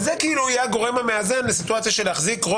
זה כאילו יהיה הגורם המהווה לסיטואציה של להחזיק,